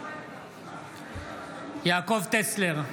בעד יעקב טסלר,